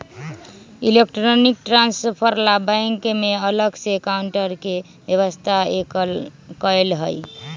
electronic transfer ला bank में अलग से काउंटर के व्यवस्था कएल हई